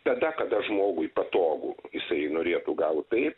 tada kada žmogui patogu jisai norėtų gal taip